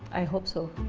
i hope so.